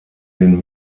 den